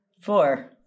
four